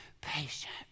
patient